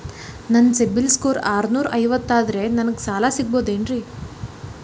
ನನ್ನ CIBIL score ಆರನೂರ ಐವತ್ತು ಅದರೇ ನನಗೆ ಸಾಲ ಸಿಗಬಹುದೇನ್ರಿ?